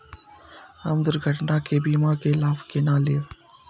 हम दुर्घटना के बीमा के लाभ केना लैब?